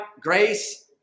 Grace